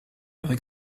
avec